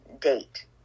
date